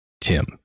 Tim